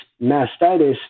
mastitis